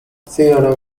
theorem